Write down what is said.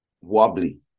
wobbly